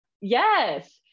Yes